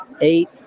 eight